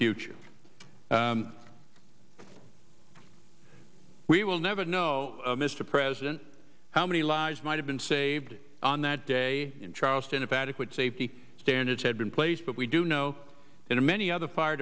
future we will never know mr president how many lives might have been saved on that day in charleston if adequate safety standards had been placed but we do know that in many of the fire